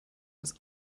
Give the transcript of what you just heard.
was